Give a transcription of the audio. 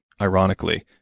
ironically